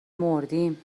مردیم